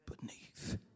beneath